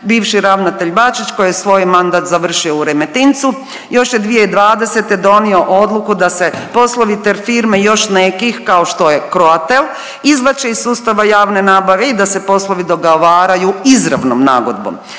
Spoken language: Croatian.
bivši ravnatelj Bačić koji je svoj mandat završio u Remetincu još je 2020. donio odluku da se poslovi te firme i još nekih kao što je Croatel izvlače iz sustava javne nabave i da se poslovi dogovaraju izravnom nagodbom.